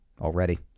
already